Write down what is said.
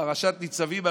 פרשת ניצבים,